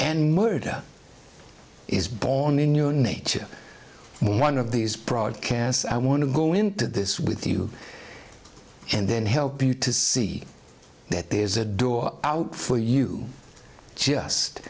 and murder is born in new nature one of these broadcasts i want to go into this with you and then help you to see that there is a door out for you just